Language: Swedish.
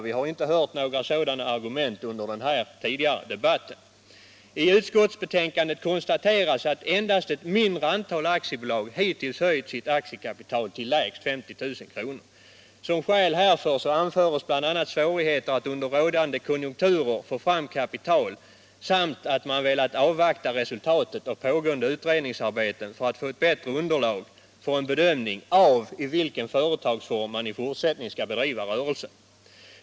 Vi har inte hört några sådana argument i den här förda debatten. I utskottsbetänkandet konstateras att endast ett mindre antal aktiebolag hittills höjt sitt aktiekapital till lägst 50 000 kr. Som skäl härför anföres bl.a. svårigheter att under rådande konjunkturer få fram kapital samt att man velat avvakta resultatet av pågående utredningsarbeten för att få ett bättre underlag för en bedömning av i vilken företagsform man i fortsättningen skall bedriva rörelsen.